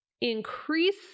increase